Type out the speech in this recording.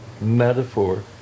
metaphor